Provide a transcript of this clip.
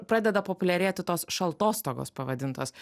pradeda populiarėti tos šaltostogos pavadintos